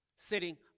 sitting